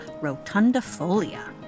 rotundifolia